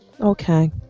okay